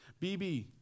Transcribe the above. BB